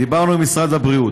דיברנו עם משרד הבריאות.